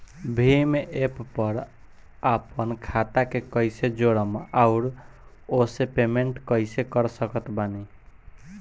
Bhim app पर आपन खाता के कईसे जोड़म आउर ओसे पेमेंट कईसे कर सकत बानी?